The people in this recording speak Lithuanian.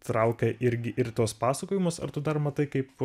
traukia irgi ir į tuos pasakojimus ar tu dar matai kaip